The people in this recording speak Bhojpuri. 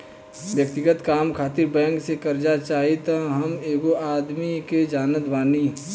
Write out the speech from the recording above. व्यक्तिगत काम खातिर बैंक से कार्जा चाही त हम एगो आदमी के जानत बानी